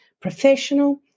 professional